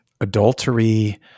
adultery